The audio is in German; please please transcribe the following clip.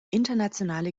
internationale